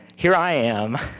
here i am,